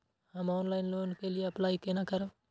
हम online loan के लिए अप्लाई केना करब?